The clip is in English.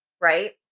right